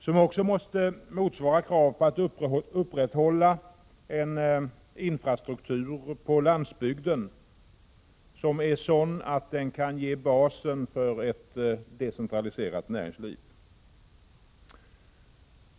De måste motsvara strävan att upprätthålla en sådan infrastruktur på landsbygden, att den kan ge basen för ett decentraliserat näringsliv.